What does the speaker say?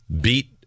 beat